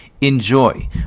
Enjoy